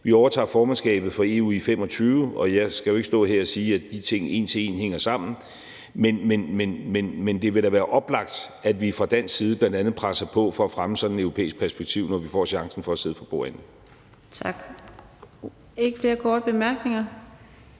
Vi overtager formandskabet for EU i 2025, og jeg skal jo ikke stå her og sige, at de ting hænger sammen en til en, men det ville da være oplagt, at vi fra dansk side bl.a. presser på for at fremme sådan et europæisk perspektiv, når vi får chancen for at sidde for bordenden. Kl. 18:07 Fjerde næstformand